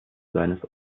seines